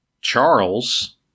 Charles